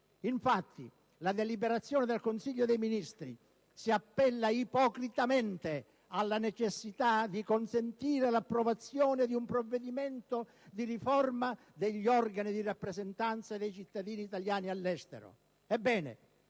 Infatti, la deliberazione del Consiglio dei Ministri si appella ipocritamente alla necessità di consentire l'approvazione di un provvedimento di riforma degli organi di rappresentanza dei cittadini italiani all'estero.